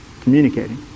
Communicating